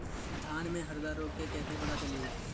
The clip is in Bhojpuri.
धान में हरदा रोग के कैसे पता चली?